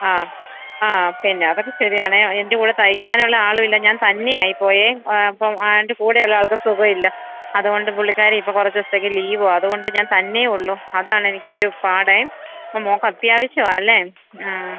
ആ ആ പിന്നെ അതൊക്കെ ശരിയാണ് എന്റെ കൂടെ തയ്ക്കാനുള്ള ആളും ഇല്ല ഞാൻ തന്നെയായി പോയി അപ്പം ആ എന്റെ കൂടെ ഉള്ള ആള്ക്ക് സുഖം ഇല്ല അത് കൊണ്ട് പുള്ളിക്കാരി ഇപ്പം കുറച്ച് ദിവസത്തേക്ക് ലീവാ അത്കൊണ്ട് ഞാന് തന്നേയുള്ളു അതാണ് എനിക്കൊരു പാട് മോൾക്ക് അത്യാവശ്യമാണോ അല്ലേ ആ